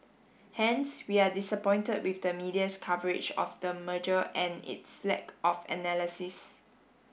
hence we are disappointed with the media's coverage of the merger and its lack of analysis